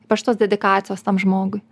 parašytos dedikacijos tam žmogui